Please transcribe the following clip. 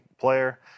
player